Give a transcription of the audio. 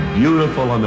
beautiful